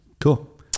Cool